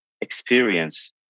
experience